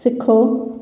सिखो